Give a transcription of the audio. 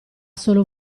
solo